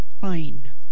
Fine